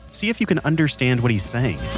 see if you can understand what he's saying.